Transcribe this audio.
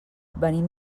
venim